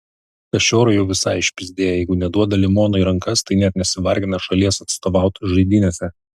kašiorai jau visai išpyzdėję jeigu neduoda limono į rankas tai net nesivargina šalies atstovaut žaidynėse